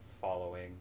following